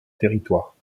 territoire